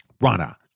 Rana